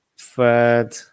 third